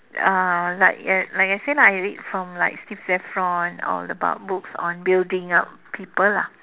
uh like I like I said lah I read from like Steve Zaffron all about books on building up people lah